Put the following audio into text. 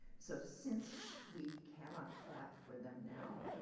so since we cannot clap for them now,